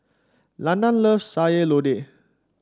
Landan loves Sayur Lodeh